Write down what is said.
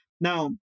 now